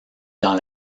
dans